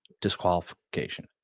disqualification